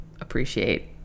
appreciate